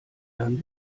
dann